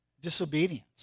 Disobedience